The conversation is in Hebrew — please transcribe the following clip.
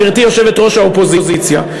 גברתי יושבת-ראש האופוזיציה.